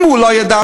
אם הוא לא ידע,